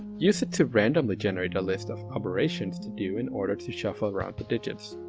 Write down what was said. use it to randomly generate a list of operations to do in order to shuffle around the digits.